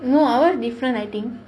no ours different I think